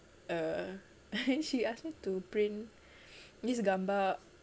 err then she ask me to print this gambar